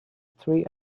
three